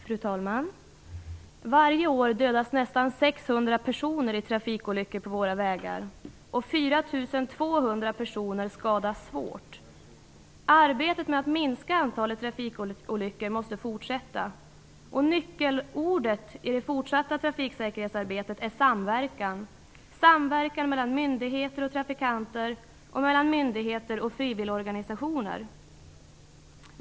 Fru talman! Varje år dödas nästan 600 personer i trafikolyckor på våra vägar, och 4 200 personer skadas svårt. Arbetet med att minska antalet trafikolyckor måste fortsätta. Nyckelordet i det fortsatta trafiksäkerhetsarbetet är samverkan. Det är samverkan mellan myndigheter och trafikanter och mellan myndigheter och frivilligorganisationer.